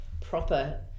proper